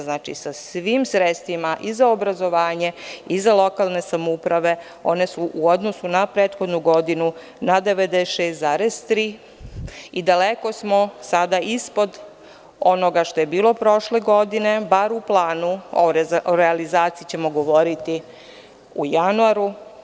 Znači, sa svim sredstvima i za obrazovanje i za lokalne samouprave, one su u odnosu na prethodnu godinu na 96,3% i daleko smo sada ispod onoga što je bilo prošle godine bar o planu, o realizaciji ćemo govoriti u januaru.